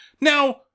Now